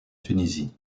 tunisie